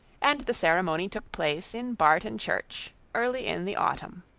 and the ceremony took place in barton church early in the autumn.